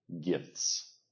gifts